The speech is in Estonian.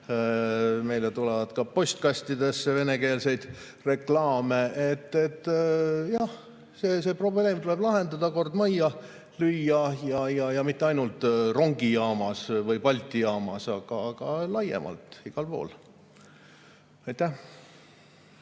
Meile tuleb ka postkastidesse venekeelseid reklaame. Jah, see probleem tuleb lahendada, kord majja lüüa ja mitte ainult rongijaamas või Balti jaamas, aga laiemalt, igal pool. Jah,